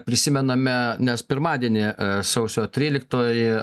prisimename nes pirmadienį sausio tryliktoji